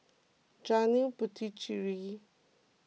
Janil Puthucheary